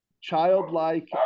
Childlike